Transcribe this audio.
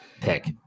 pick